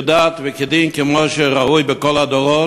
כדת וכדין, כמו שראוי בכל הדורות,